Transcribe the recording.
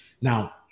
Now